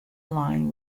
line